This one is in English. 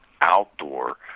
outdoor